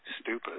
stupid